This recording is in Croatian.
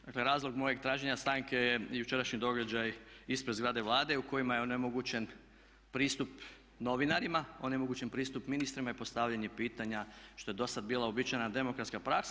Dakle, razlog mojeg traženja stanke je jučerašnji događaj ispred zgrade Vlade u kojima je onemogućen pristup novinarima, onemogućen pristup ministrima i postavljanje pitanja što je do sad bila uobičajena demokratska praksa.